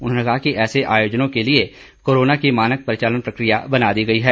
उन्होंने कहा कि ऐसे आयोजनों के लिए कोरोना की मानक परिचालन प्रक्रिया बना दी गई हैं